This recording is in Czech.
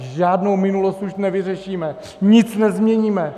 Žádnou minulost už nevyřešíme, nic nezměníme.